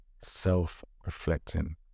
self-reflecting